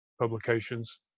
publications